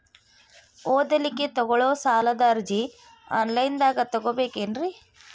ಓದಲಿಕ್ಕೆ ತಗೊಳ್ಳೋ ಸಾಲದ ಅರ್ಜಿ ಆನ್ಲೈನ್ದಾಗ ತಗೊಬೇಕೇನ್ರಿ?